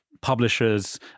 publishers